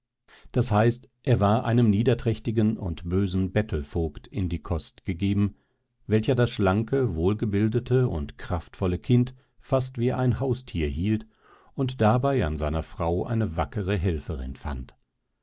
das heißt er war einem niederträchtigen und bösen bettelvogt in die kost gegeben welcher das schlanke wohlgebildete und kraftvolle kind fast wie ein haustier hielt und dabei an seiner frau eine wackere helferin fand